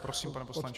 Prosím, pane poslanče.